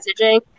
messaging